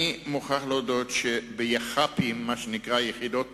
אני מוכרח להודות שביכ"פים, יחידות